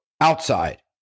outside